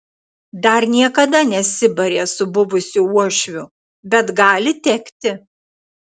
dar niekada nesibarė su buvusiu uošviu bet gali tekti